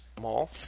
Mall